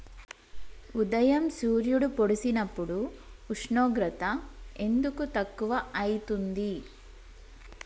ఉదయం సూర్యుడు పొడిసినప్పుడు ఉష్ణోగ్రత ఎందుకు తక్కువ ఐతుంది?